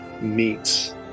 meets